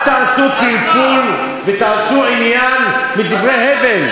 אל תעשו פלפול ותעשו עניין מדברי הבל.